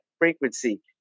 frequency